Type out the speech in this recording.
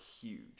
huge